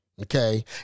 Okay